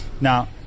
Now